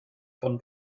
von